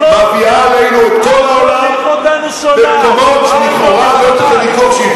מביאות עלינו את כל העולם במקומות שלכאורה לא צריך לקרות,